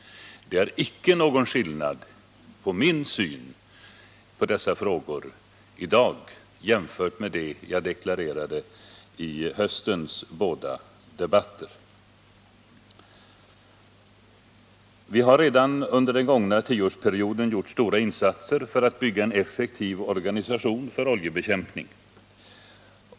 Det är icke någon skillnad i min syn på dessa frågor i dag jämfört med den syn jag deklarerade i vinterns båda debatter. Vi har under den gångna tioårsperioden gjort stora insatser för att bygga upp en effektiv organisation för oljebekämpning.